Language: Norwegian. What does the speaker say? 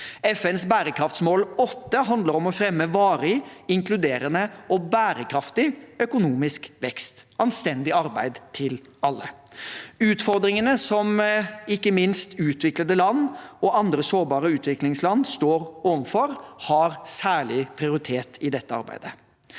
FNs bærekraftsmål 8 handler om å «fremme varig, inkluderende og bærekraftig økonomisk vekst» – anstendig arbeid til alle. Utfordringene som ikke minst de minst utviklede landene og andre sårbare utviklingsland står overfor, har særlig prioritet i dette arbeidet.